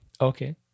Okay